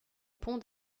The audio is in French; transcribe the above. pont